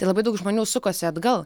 tai labai daug žmonių sukosi atgal